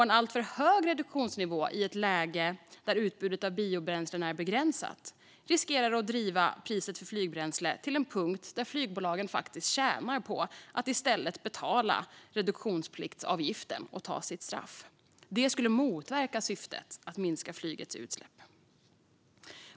En alltför hög reduktionsnivå i ett läge där utbudet av biobränslen är begränsat riskerar att driva priset för flygbränsle till en punkt där flygbolagen faktiskt tjänar på att i stället betala reduktionspliktsavgiften och ta sitt straff. Det skulle motverka syftet att minska flygets utsläpp.